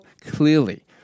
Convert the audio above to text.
clearly